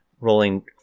rolling